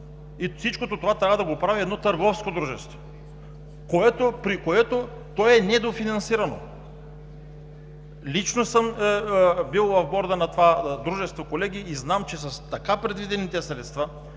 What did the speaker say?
Всичко това трябва да го прави едно търговско дружество, което е недофинансирано. Лично съм бил в Борда на това дружество, колеги, и знам, че с предвидените средства